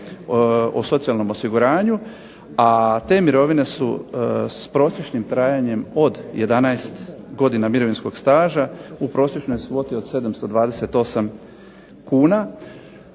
o socijalnom osiguranju, a te mirovine su s prosječnim trajanjem od 11 godina mirovinskog staža u prosječnoj svoti od 728 kuna